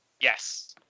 yes